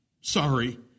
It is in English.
Sorry